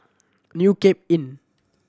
New Cape Inn